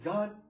God